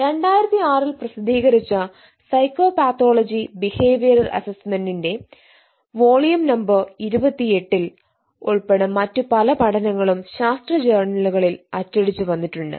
രണ്ടായിരത്തി ആറിൽ പ്രസിദ്ധീകരിച്ച സൈക്കോപത്തോളജി ബിഹേവിയറൽ അസസ്മെന്റിന്റെ വോളിയം നമ്പർ ഇരുപത്തിയേട്ടിൽ ഉൾപ്പടെ മറ്റ് പല പഠനങ്ങളും ശാസ്ത്ര ജേണലുകളിൽ അച്ചടിച്ച് വന്നിട്ടുണ്ട്